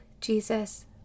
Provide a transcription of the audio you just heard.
jesus